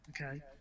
Okay